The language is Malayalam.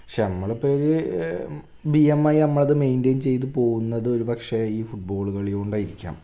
ശ്ശമ്മളിപ്പോൾ ഇത് ബി എം ഐയിൽ നമ്മളത് മേയ്ന്റെയ്ന് ചെയ്ത് പോകുന്നത് ഒരുപക്ഷെ ഈ ഫുട്ബോൾ കളി കൊണ്ടായിരിക്കാം